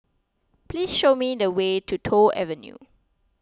please show me the way to Toh Avenue